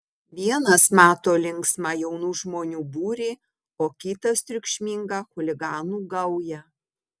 vienas mato linksmą jaunų žmonių būrį o kitas triukšmingą chuliganų gaują